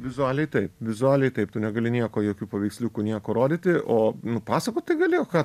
vizualiai taip vizualiai taip tu negali nieko jokių paveiksliukų nieko rodyti o nu pasakot tai gali o ką